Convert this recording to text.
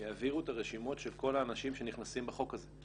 הן יעבירו את הרשימות של כל האנשים שנכנסים בחוק הזה.